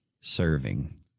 serving